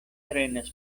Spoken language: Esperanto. trenas